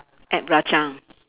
add belacan